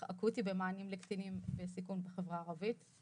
אקוטי במענים לקטינים בסיכון בחברה הערבית,